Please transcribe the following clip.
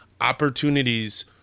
opportunities